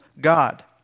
God